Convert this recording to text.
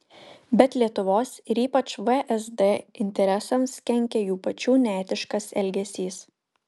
bet lietuvos ir ypač vsd interesams kenkia jų pačių neetiškas elgesys